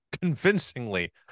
convincingly